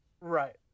right